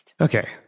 Okay